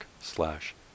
slash